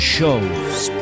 Show's